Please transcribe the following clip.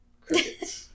Crickets